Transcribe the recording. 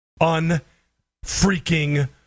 Un-freaking-